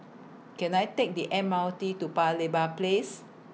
Can I Take The M R T to Paya Lebar Place